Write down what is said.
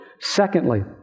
Secondly